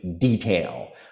detail